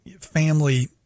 family